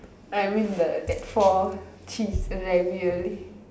I mean the that four cheese ravioli